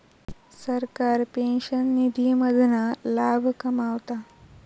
सरकार पेंशन निधी मधना लाभ कमवता